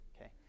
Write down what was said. Okay